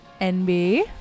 nb